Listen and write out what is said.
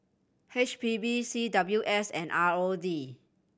H P B C W S and R O D